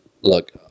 Look